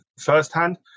firsthand